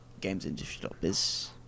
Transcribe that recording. gamesindustry.biz